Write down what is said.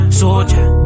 soldier